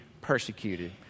persecuted